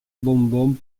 bonbons